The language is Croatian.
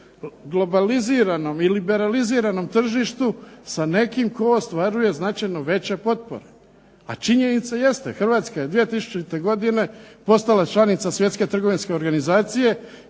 globaliziranom i liberaliziranom tržištu sa nekim tko ostvaruje značajno veće potpore. A činjenica jeste Hrvatska je 2000. godine postala članica Svjetske trgovinske organizacije,